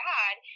God